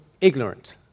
ignorant